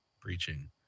preaching